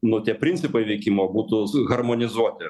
nu tie principai veikimo būtų s harmonizuoti